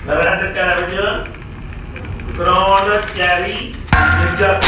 red cabbage ground cherry ginger